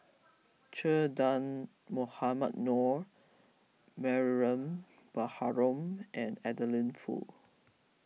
Che Dah Mohamed Noor Mariam Baharom and Adeline Foo